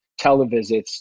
televisits